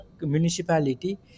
municipality